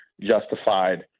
justified